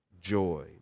joy